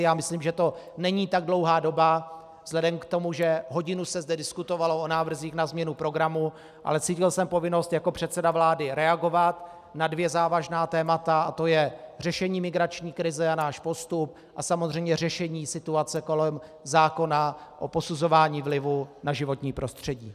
Já myslím, že to není tak dlouhá doba vzhledem k tomu, že hodinu se zde diskutovalo o návrzích na změnu programu, ale cítil jsem povinnost jako předseda vlády reagovat na dvě závažná témata, a to je řešení migrační krize a náš postup a samozřejmě řešení situace kolem zákona o posuzování vlivů na životní prostředí.